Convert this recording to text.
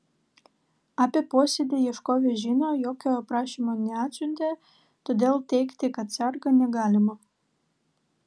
apie posėdį ieškovė žino jokio prašymo neatsiuntė todėl teigti kad serga negalima